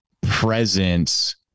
presence